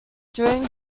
during